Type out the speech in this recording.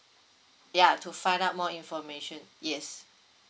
ya to find out more information yes